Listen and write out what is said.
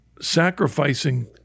sacrificing